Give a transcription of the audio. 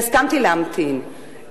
והסכמתי להמתין,